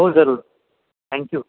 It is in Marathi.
हो जरूर थँक्यू